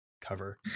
cover